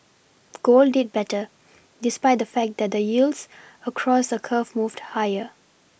gold did better despite the fact that the yields across the curve moved higher